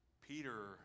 Peter